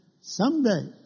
someday